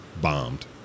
bombed